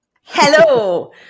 hello